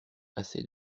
assez